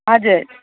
हजुर